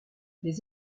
les